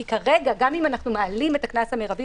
כי כרגע גם אם אנחנו מעלים את הקנס המרבי